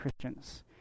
Christians